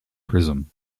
prism